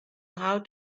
how